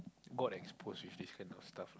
got expose with this kind of stuff lah